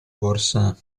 borsa